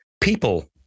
people